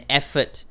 effort